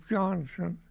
Johnson